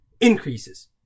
Increases